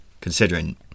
Considering